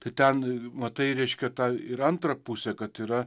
tai ten matai reiškia tą ir antrą pusę kad yra